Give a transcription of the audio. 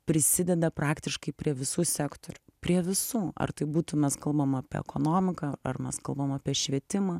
prisideda praktiškai prie visų sektorių prie visų ar tai būtų mes kalbam apie ekonomiką ar mes kalbam apie švietimą